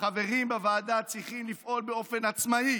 החברים בוועדה צריכים לפעול באופן עצמאי.